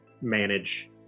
manage